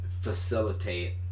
facilitate